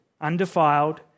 Undefiled